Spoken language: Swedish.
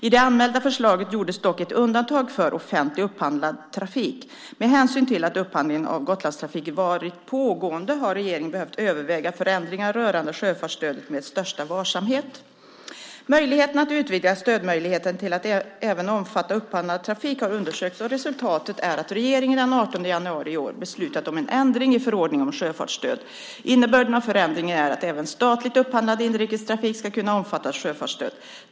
I det anmälda förslaget gjordes dock ett undantag för offentligt upphandlad trafik. Med hänsyn till att upphandlingen av Gotlandstrafiken varit pågående, har regeringen behövt överväga förändringar rörande sjöfartsstödet med största varsamhet. Möjligheten att utvidga stödmöjligheterna till att även omfatta upphandlad trafik har undersökts och resultatet är att regeringen den 18 januari i år beslutat om en ändring i förordning om sjöfartsstöd. Innebörden av förändringen är att även statligt upphandlad inrikestrafik ska kunna omfattas av sjöfartsstöd.